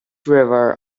river